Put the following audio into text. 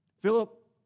Philip